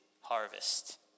harvest